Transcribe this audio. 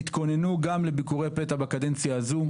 תתכוננו גם לביקורי פתע בקדנציה הזאת.